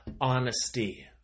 honesty